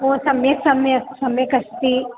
ओ सम्यक् सम्यक् सम्यक् अस्ति